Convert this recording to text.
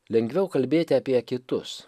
lengviau kalbėti apie kitus